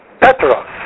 Petros